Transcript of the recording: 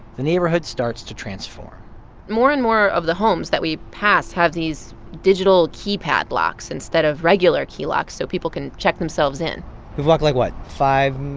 the neighborhood starts to transform more and more of the homes that we pass have these digital keypad locks instead of regular key locks so people can check themselves in we've walked, like what? five,